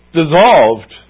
dissolved